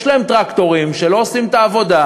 יש להם טרקטורים, שלא עושים את העבודה,